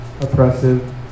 oppressive